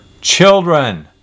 children